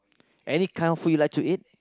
any kind of food you like to eat